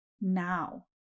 now